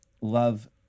love